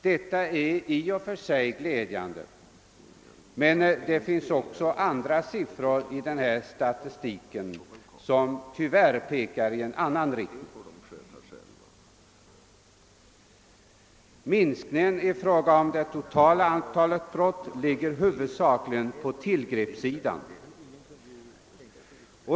Det är i och för sig glädjande, men det finns tyvärr också andra siffror i denna statistik som pekar i en annan riktning. Minskningen i det totala antalet brott ligger huvudsakligen på tillgreppssidan.